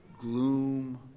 gloom